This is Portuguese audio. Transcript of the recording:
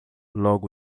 logo